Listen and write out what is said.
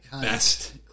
best